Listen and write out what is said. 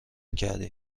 کردم